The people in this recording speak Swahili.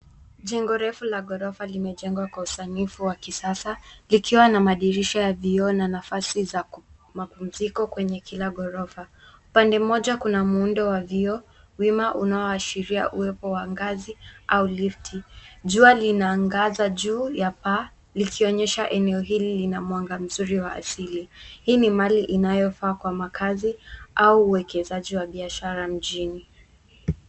Jengo refu la ghorofa limejengwa kwa usanifu wa kisasa likiwa na madirisha ya vioo na nafasi za mapumziko kwenye kila ghorofa. Upande moja kuna muundo wa vioo wima unaoashiria uwepo wa ngazi au lift . Jua linaangaza juu ya paa likionyesha eneo hili lina mwanga mzuri wa asili. Hii ni mali inayofaa kwa makazi au uwekezaji wa biashara mjini.